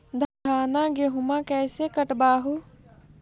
धाना, गेहुमा कैसे कटबा हू?